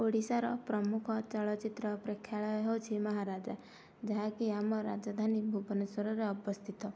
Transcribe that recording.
ଓଡ଼ିଶାର ପ୍ରମୁଖ ଚଳଚିତ୍ର ପ୍ରେକ୍ଷାଳୟ ହେଉଛି ମହାରାଜା ଯାହାକି ଆମ ରାଜଧାନୀ ଭୁବନେଶ୍ଵରରେ ଅବସ୍ଥିତ